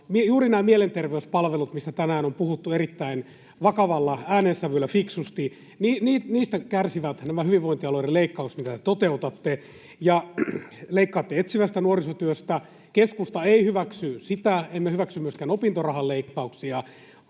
Juuri nämä mielenterveyspalvelut, mistä tänään on puhuttu erittäin vakavalla äänensävyllä fiksusti, kärsivät niistä hyvinvointialueiden leikkauksista, mitä te toteutatte, ja leikkaatte etsivästä nuorisotyöstä. Keskusta ei hyväksy sitä, emme hyväksy myöskään opintorahan leikkauksia.